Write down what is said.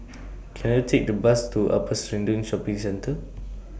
Can I Take The Bus to Upper Serangoon Shopping Centre